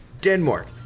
Denmark